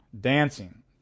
dancing